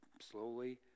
slowly